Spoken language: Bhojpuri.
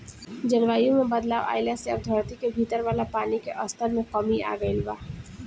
जलवायु में बदलाव आइला से अब धरती के भीतर वाला पानी के स्तर में कमी आ गईल बा